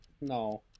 no